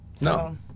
No